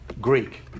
Greek